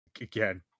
again